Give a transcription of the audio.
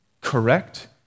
correct